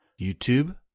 YouTube